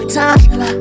time